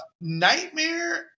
Nightmare